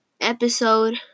episode